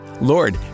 Lord